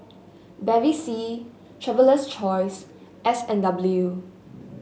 Bevy C Traveler's Choice S andW